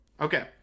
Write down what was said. Okay